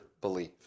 belief